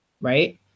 right